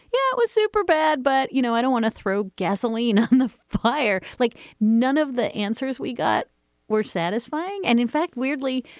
yeah, it was super bad. but, you know, i don't want to throw gasoline on the fire. like none of the answers we got were satisfying. and in fact, weirdly,